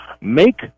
Make